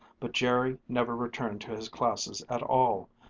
but jerry never returned to his classes at all.